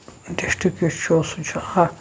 district یُس چھُ سُہ چھُ ہَتھ